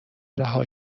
رها